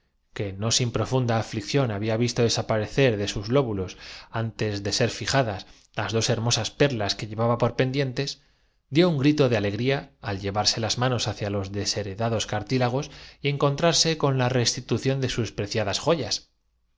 agitación ner aflicción había visto desaparecer de sus lóbulos antes ó io de ser fijada las dos hermosas perlas que llevaba por que se nos admita á libre pláticaargumentaba otra ya hemos pasado la cuarentena pendientes dió un grito de alegría al llevarse las ma nos hacia los desheredados cartílagos y encontrarse no más lazareto ivociferaban á coro con la restitución de sus preciadas joyas